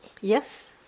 Yes